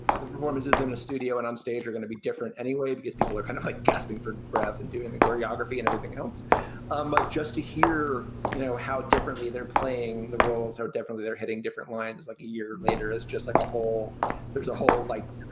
the performances in the studio and onstage are going to be different anyway because people are kind of like gasping for breath and doing the choreography and everything else um ah just to hear, you know, how differently they're playing. the roles are. definitely they're hitting different lines like a year later. it's just like a whole there's a whole, like,